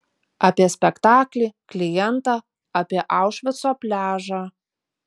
apie spektaklį klientą apie aušvico pliažą